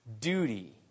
duty